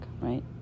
right